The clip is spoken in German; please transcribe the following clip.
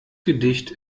gedicht